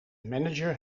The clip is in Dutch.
manager